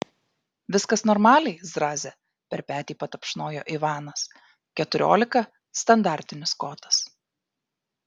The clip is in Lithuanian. viskas normaliai zraze per petį patapšnojo ivanas keturiolika standartinis kotas